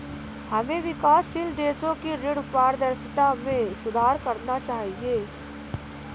हमें विकासशील देशों की ऋण पारदर्शिता में सुधार करना चाहिए